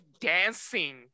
dancing